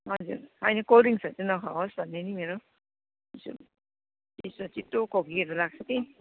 हजुर होइन कोल्ड ड्रिङ्सहरू चाहिँ नखाओस् भन्ने नि मेरो चिसो छिटो खोकीहरू लाग्छ कि